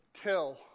tell